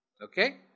Okay